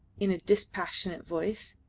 in a dispassionate voice.